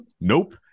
Nope